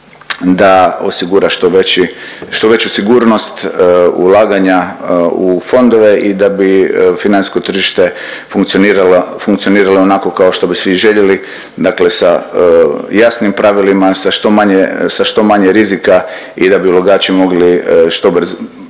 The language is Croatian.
što veći, što veću sigurnost ulaganja u fondove i da bi financijsko tržište funkcioniralo onako kao što bi svi željeli, dakle sa jasnim pravilima, sa što manje rizika i da bi ulagači mogli što